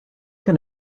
can